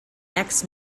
next